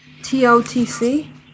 TOTC